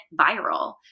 viral